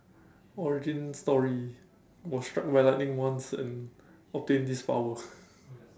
origin story was struck by lighting once and obtain this power